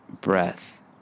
breath